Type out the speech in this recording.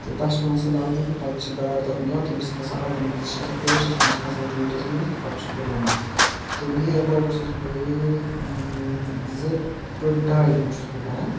تہٕ تَتھ چھُ پیٚوان سُہ لاگُن پَتہٕ چھِ گاڈ تَتھ منٛز یِوان تٔمِس چھِ پَھسان آٹومیٹِکلی چھِ آسان پیور سہُ چھِ تٔمِس پَھسان چٲنٛٹِس منٛز تہٕ پَتہٕ چھُس بہٕ لَمان تہٕ نِیَر ایٚباوُٹ چھُس بہٕ زٕ ٹُو ڈاے گٲنٛٹہٕ چھُس بہٕ کَران